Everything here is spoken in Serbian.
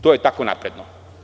To je tako napredno.